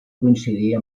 coincidir